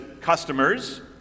customers